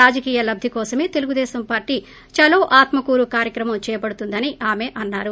రాజకీయ లబ్ది కోసమే తెలుగుదేశం పార్లీ చలో ఆత్క కూరు కార్యక్రమం చేపడుతుందని ఆమె అన్నారు